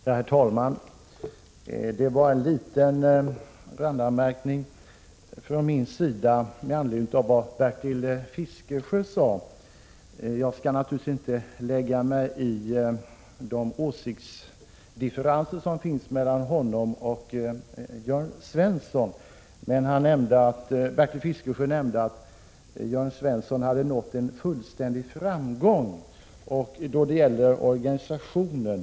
Herr talman! Det är en liten randanmärkning som jag vill göra med anledning av vad Bertil Fiskesjö sade. Jag skall naturligtvis inte lägga mig ide åsiktsdifferenser som finns mellan honom och Jörn Svensson. Men Bertil Fiskesjö nämnde att Jörn Svensson hade nått en fullständig framgång då det gäller organisationen.